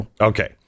Okay